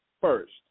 first